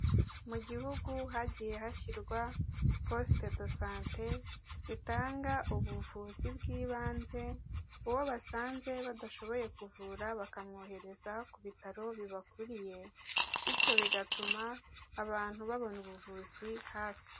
Mu gihugu hagiye hashyirwa posite do sante zitanga ubuvuzi bw'ibanze, uwo basanze badashoboye kuvura bakamwohereza ku bitaro bibakuriye bityo bigatuma abantu babona ubuvuzi hafi.